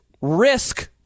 risk